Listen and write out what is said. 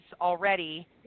already